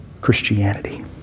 Christianity